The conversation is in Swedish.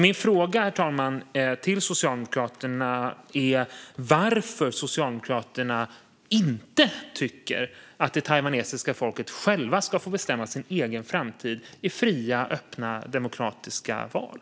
Min fråga till Socialdemokraterna är varför de inte tycker att det taiwanesiska folket ska få bestämma sin egen framtid i fria och öppna demokratiska val.